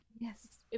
Yes